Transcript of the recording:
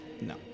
No